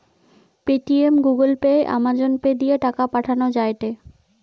Paytm, Google pay, Amazon pay দিয়ে টাকা পাঠান যায়টে